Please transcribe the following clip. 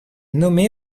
nommée